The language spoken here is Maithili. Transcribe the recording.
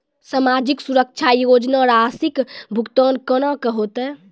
समाजिक सुरक्षा योजना राशिक भुगतान कूना हेतै?